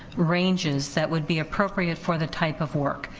ranges that would be appropriate for the type of work.